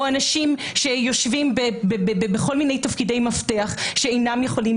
או אנשים שיושבים בכל מיני תפקידי מפתח שאינם יכולים